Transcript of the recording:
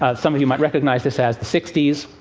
ah some of you might recognize this as the sixty s.